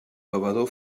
bevedor